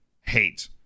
hate